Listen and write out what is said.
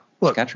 look